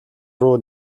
руу